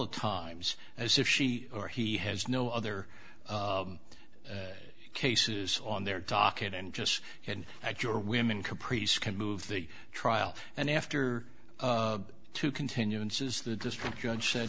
of times as if she or he has no other cases on their talk and just had at your women caprice can move the trial and after two continuances the district judge said